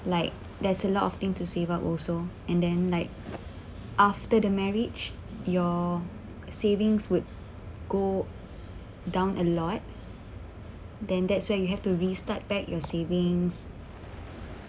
like there's a lot of thing to save up also and then like after the marriage your savings would go down a lot then that's why you have to restart back your savings